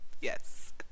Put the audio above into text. Yes